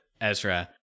Ezra